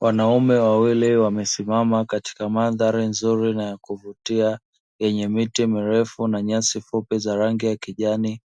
Wanaume wawili wamesimama katika mandhari nzuri na ya kuvutia; yenye miti mirefu na nyasi fupi za rangi ya kijani,